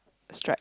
stripe